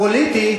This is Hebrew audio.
פוליטית,